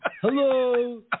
Hello